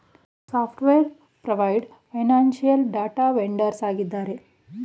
software provider, financial data vendors ಆಗಿದ್ದಾರೆ